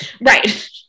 Right